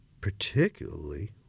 particularly